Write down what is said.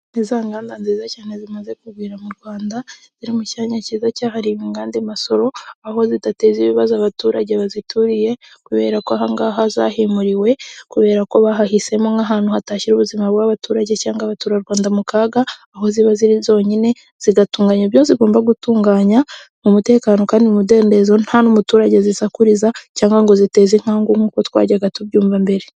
Ni za nganda nziza cyane zimaze kugwira mu Rwanda ziri mu cyanya cyiza cyahariwe ingande i Masoro, aho zidateza ibibazo abaturage bazituriye kubera ko aha ngaha zahimuriwe kubera ko bahahisemo nk'ahantu hatashyira ubuzima bubi abaturage cyangwa abaturarwanda mu kaga, aho ziba ziri zonyine zigatunganya ibyo zigomba gutunganya mu mutekano kandi mu mudendezo nta n'umuturage zisakuriza cyangwa ngo ziteze inkangu nk'uko twajyaga tubyumva mbere.